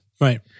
right